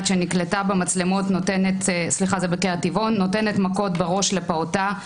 שנקלטה במצלמות נותנת מכות בראש לפעוטה.